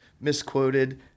misquoted